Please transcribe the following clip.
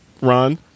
Ron